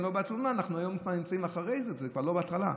היום אנחנו כבר נמצאים אחרי זה, זה כבר לא בהתחלה.